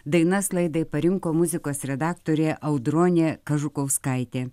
dainas laidai parinko muzikos redaktorė audronė kažukauskaitė